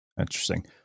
interesting